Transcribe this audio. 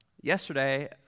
yesterday